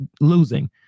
losing